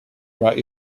about